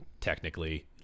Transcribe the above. technically